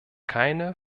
keine